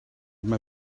mae